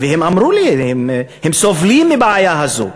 והם אמרו לי, הם סובלים מהבעיה הזאת.